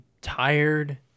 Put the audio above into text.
tired